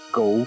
go